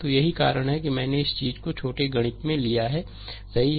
तो यही कारण है कि मैंने इस चीज़ को छोटे गणित में लिया है सही है